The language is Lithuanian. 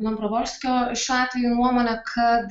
dombrovolskio šiuo atveju nuomonę kad